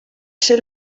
ser